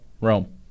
Rome